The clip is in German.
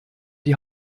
die